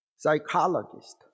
Psychologist